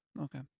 Okay